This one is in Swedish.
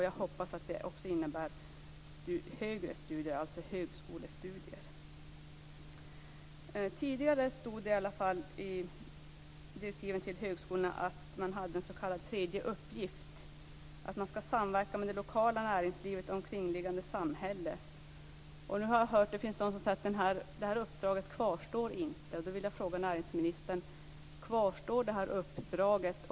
Jag hoppas att det också innebär högre studier, alltså högskolestudier. Tidigare stod det i direktivet till högskolorna att de skulle ha en s.k. tredje uppgift, nämligen att de skulle samverka med det lokala näringslivet och omkringliggande samhällen. Nu har jag hört att detta uppdrag inte kvarstår. Därför vill jag fråga näringsministern: Kvarstår detta uppdrag?